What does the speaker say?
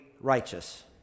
righteous